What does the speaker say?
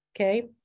okay